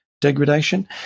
degradation